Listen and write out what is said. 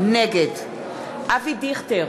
נגד אבי דיכטר,